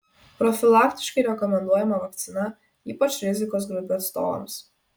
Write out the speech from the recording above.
profilaktiškai rekomenduojama vakcina ypač rizikos grupių atstovams